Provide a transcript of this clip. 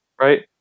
right